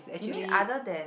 you mean other than